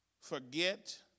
forget